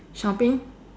shopping